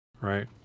Right